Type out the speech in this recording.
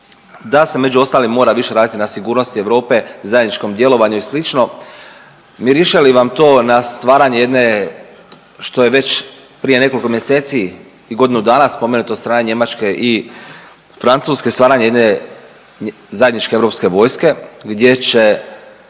da se među ostalim mora više raditi na sigurnosti Europe, zajedničkom djelovanju i slično, miriše li vam to na stvaranje jedne što je već prije nekoliko mjeseci i godinu dana spomenuto od strane Njemačke i Francuske, stvaranje jedne zajedničke europske vojske gdje će